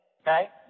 Okay